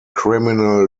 criminal